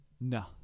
No